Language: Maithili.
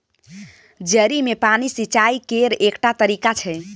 जड़ि मे पानि सिचाई केर एकटा तरीका छै